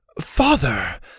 Father